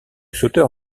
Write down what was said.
sauteur